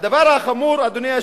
והדבר החמור, אדוני